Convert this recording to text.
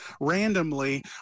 randomly